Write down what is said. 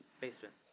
Basement